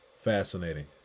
fascinating